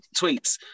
tweets